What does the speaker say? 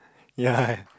ya